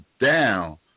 down